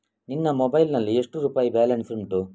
ನಿನ್ನ ಮೊಬೈಲ್ ನಲ್ಲಿ ಎಷ್ಟು ರುಪಾಯಿ ಬ್ಯಾಲೆನ್ಸ್ ಉಂಟು?